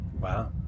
wow